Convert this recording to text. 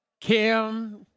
Kim